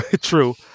True